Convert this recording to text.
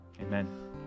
Amen